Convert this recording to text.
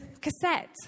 cassette